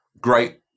great